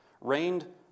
reigned